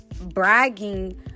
bragging